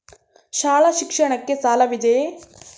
ಶಾಲಾ ಶಿಕ್ಷಣಕ್ಕೆ ಸಾಲವಿದೆಯೇ?